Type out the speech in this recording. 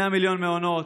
100 מיליון למעונות,